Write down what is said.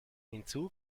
hinzu